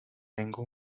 tengo